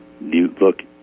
Look